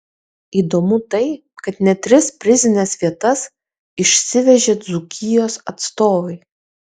įdomu tai kad net tris prizines vietas išsivežė dzūkijos atstovai